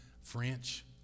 French